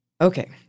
Okay